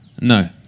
No